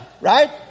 right